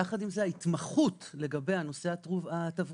יחד עם זה ההתמחות לגבי הנושא התברואתי,